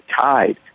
tied